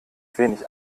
wenig